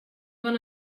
bon